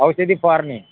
औषधी फवारणी